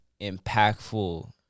impactful